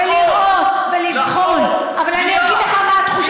את החשוד, עוד לפני שאתה בכלל יודע האיש